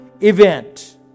event